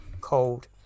cold